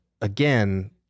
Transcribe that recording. again